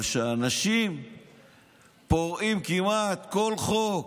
אבל כשאנשים פורעים כמעט כל חוק,